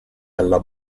alla